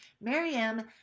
Maryam